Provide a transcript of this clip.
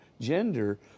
gender